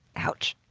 ouch.